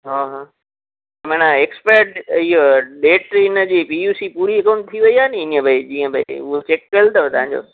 हा हा माना एक्सपायर इहो बैट्र्ररी हिनजी पी यू सी पूरी कोन थी वेई आहे नी इअं भई जीअं भई उहो चेक कयुल अथव तव्हांजो